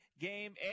game